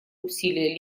усилия